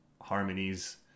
harmonies